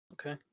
Okay